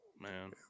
Man